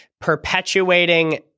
perpetuating